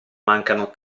mancano